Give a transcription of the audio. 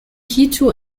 quito